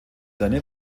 deine